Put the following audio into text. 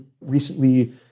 recently